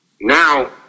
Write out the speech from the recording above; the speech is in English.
Now